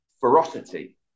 ferocity